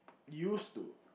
used to